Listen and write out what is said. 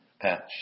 patch